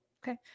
Okay